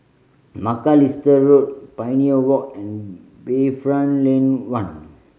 Macalister Road Pioneer Walk and Bayfront Lane One